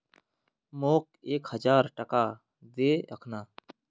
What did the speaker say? मोक एक हजार टका दे अखना